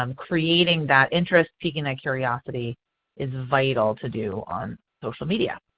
um creating that interest, peaking that curiosity is vital to do on social media.